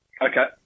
Okay